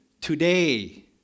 today